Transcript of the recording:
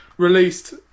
Released